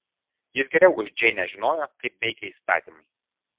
jis geriau už džeinę žinojo kaip veikia įstatymai